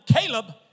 Caleb